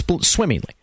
swimmingly